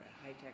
high-tech